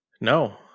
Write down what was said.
No